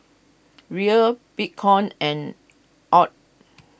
Riel Bitcoin and Aud